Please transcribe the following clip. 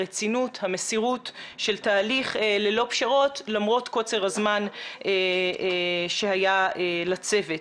הרצינות המסירות של תהליך ללא פשרות למרות קוצר הזמן שהיה לצוות.